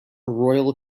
royal